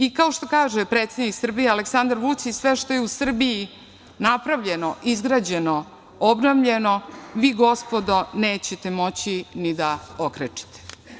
I kao što kaže predsednik Srbije Aleksandar Vučić - sve što je u Srbiji napravljeno, izgrađeno, obnovljeno, vi gospodo nećete moći ni da okrečite.